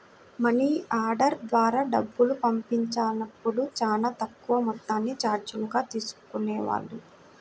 money order ద్వారా డబ్బులు పంపించినప్పుడు చానా తక్కువ మొత్తాన్ని చార్జీలుగా తీసుకునేవాళ్ళు